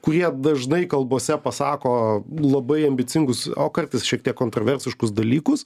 kurie dažnai kalbose pasako labai ambicingus o kartais šiek tiek kontroversiškus dalykus